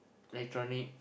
electronic